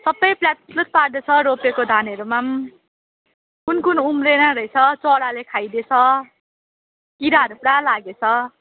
सबै प्लातप्लुत पारिदिएछ रोपेको धानहरूमा कुन कुन उम्रेन रहेछ चराले खाइदिएछ किराहरू पुरा लागेछ